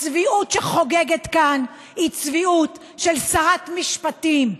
הצביעות שחוגגת כאן היא צביעות של שרת משפטים,